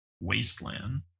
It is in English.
wasteland